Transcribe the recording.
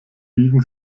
biegen